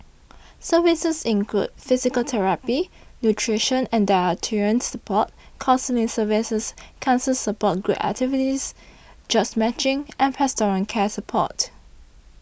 services include physical therapy nutrition and dietitian support counselling services cancer support group activities jobs matching and pastoral care support